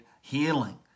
healing